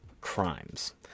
crimes